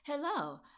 Hello